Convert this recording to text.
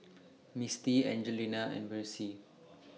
Misty Angelina and Versie